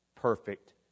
perfect